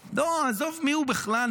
לא, עזוב מיהו בכלל.